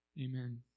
Amen